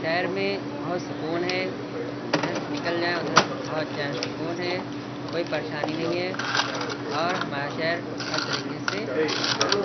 شہر میں بہت سکون ہے جدھر نکل جائیں ادھر بہت چین سکون ہے کوئی پریشانی نہیں ہے اور ہمارا شہر ہر طریقے سے اچھا ہے